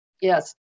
Yes